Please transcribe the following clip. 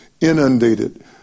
inundated